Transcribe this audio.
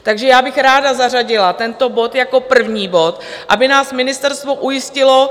Takže já bych ráda zařadila tento bod jako první bod, aby nás ministerstvo ujistilo.